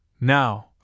now